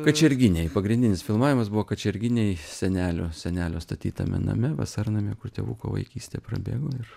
kačerginėj pagrindinis filmavimas buvo kačerginėj senelio senelio statytame name vasarnamyje kur tėvuko vaikystė prabėgo ir